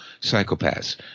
psychopaths